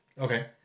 Okay